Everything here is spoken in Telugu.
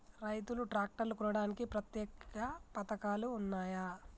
రైతులు ట్రాక్టర్లు కొనడానికి ప్రత్యేక పథకాలు ఉన్నయా?